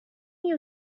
you